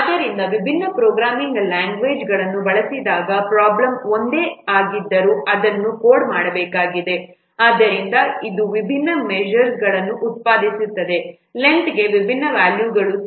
ಆದ್ದರಿಂದ ವಿಭಿನ್ನ ಪ್ರೋಗ್ರಾಮಿಂಗ್ ಲ್ಯಾಂಗ್ವೇಜ್ಗಳನ್ನು ಬಳಸಿದಾಗ ಪ್ರಾಬ್ಲಮ್ ಒಂದೇ ಆಗಿದ್ದರೂ ಅದನ್ನು ಕೋಡ್ ಮಾಡಬೇಕಾಗಿದೆ ಆದ್ದರಿಂದ ಅದು ವಿಭಿನ್ನ ಮೇಜರ್ಗಳನ್ನು ಉತ್ಪಾದಿಸುತ್ತದೆ ಲೆಂಥ್ಗೆ ವಿಭಿನ್ನ ವ್ಯಾಲ್ಯೂಗಳು ಸರಿ